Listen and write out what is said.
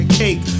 cake